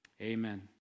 amen